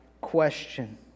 question